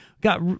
got